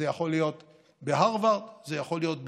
זה יכול להיות בהרווארד, זה יכול להיות בדובאי,